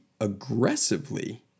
aggressively